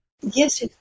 Yes